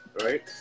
right